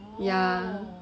ya